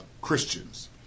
Christians